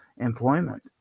employment